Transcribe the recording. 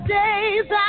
days